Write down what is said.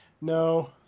no